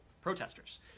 protesters